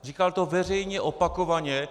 Říkal to veřejně opakovaně.